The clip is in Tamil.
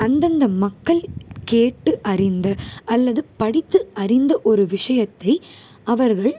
அந்தந்த மக்கள் கேட்டு அறிந்த அல்லது படித்து அறிந்த ஒரு விஷயத்தை அவர்கள்